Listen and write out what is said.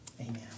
amen